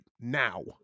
now